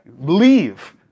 Leave